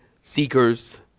seekers